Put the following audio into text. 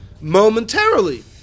momentarily